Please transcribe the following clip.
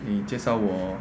你介绍我